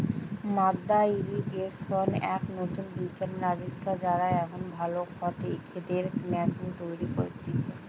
মাদ্দা ইর্রিগেশন এক নতুন বিজ্ঞানের আবিষ্কার, যারা এখন ভালো ক্ষেতের ম্যাশিন তৈরী করতিছে